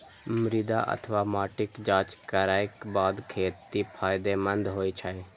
मृदा अथवा माटिक जांच करैक बाद खेती फायदेमंद होइ छै